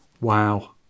Wow